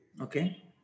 Okay